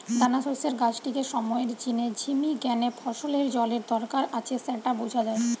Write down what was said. দানাশস্যের গাছটিকে সময়ের জিনে ঝিমি গ্যানে ফসলের জলের দরকার আছে স্যাটা বুঝা যায়